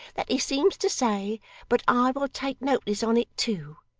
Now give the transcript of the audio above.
that he seems to say but i will take notice on it too.